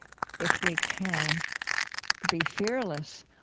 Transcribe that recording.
if we can be fearless,